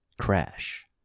crash